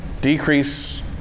decrease